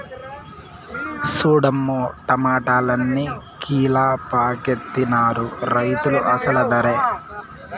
సూడమ్మో టమాటాలన్ని కీలపాకెత్తనారు రైతులు అసలు దరే